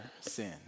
sin